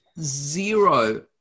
zero